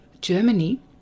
Germany